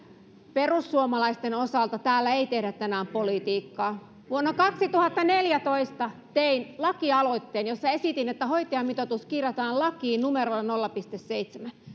perussuomalaisten osalta täällä ei tehdä tänään politiikkaa vuonna kaksituhattaneljätoista tein lakialoitteen jossa esitin että hoitajamitoitus kirjataan lakiin numerolla nolla pilkku seitsemäntenä vuonna